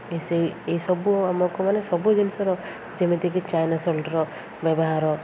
ଏ ସେଇ ଏଇସବୁ ଲୋକମାନେ ସବୁ ଜିନିଷର ଯେମିତିକି ଚାଇନା ସଲଟ୍ର ବ୍ୟବହାର